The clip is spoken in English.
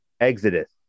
Exodus